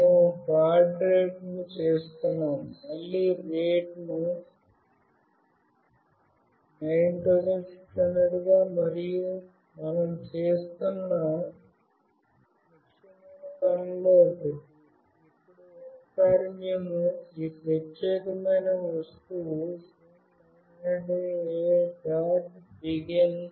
మేము బాడ్ ఏర్పాటు చేస్తున్నాము మళ్ళీరేటును 9600 గా మరియు మనం చేస్తున్న ముఖ్యమైన పనిలో ఒకటి ఇప్పుడు ఒకసారి మేము ఈ ప్రత్యేకమైన వస్తువు SIM900A